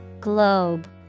Globe